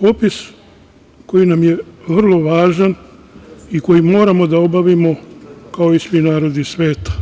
Popis koji nam je vrlo važan i koji moramo da obavimo, kao i svi narodi sveta,